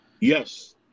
Yes